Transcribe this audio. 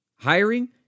Hiring